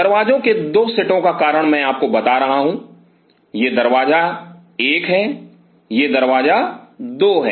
दरवाजों के 2 सेटों का कारण मैं आपको बता रहा हूं यह दरवाजा एक है यह दरवाजा दो है